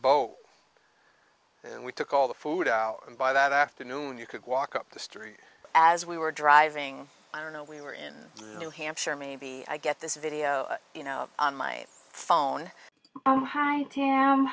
boat and we took all the food out and by that afternoon you could walk up the street as we were driving i don't know we were in new hampshire maybe i get this video you know my phone